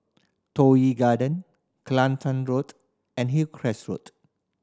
Toh Yi Garden Kelantan Road and Hillcrest Road